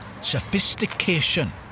sophistication